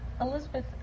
Elizabeth